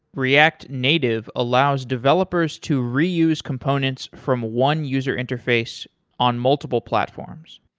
react native allows developers to reuse components from one user interface on multiple platforms.